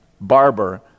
barber